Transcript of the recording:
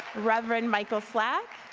reverend michael flack,